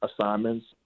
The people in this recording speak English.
assignments